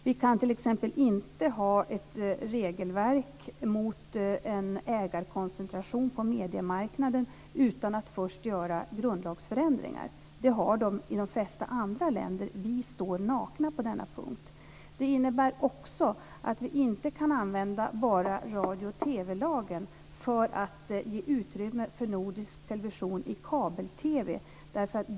Vi kan t.ex. inte ha ett regelverk mot en ägarkoncentration på mediemarknaden utan att först göra grundlagsförändringar. Det har de i de flesta andra länder. Vi står nakna på denna punkt. Det innebär också att vi inte kan använda bara radio och TV-lagen för att ge utrymme för nordisk television i kabel-TV.